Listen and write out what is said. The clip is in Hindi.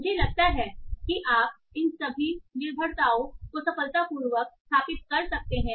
मुझे लगता है कि आप इन सभी निर्भरताओं को सफलतापूर्वक स्थापित कर सकते हैं